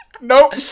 Nope